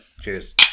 Cheers